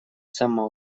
сама